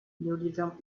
nudism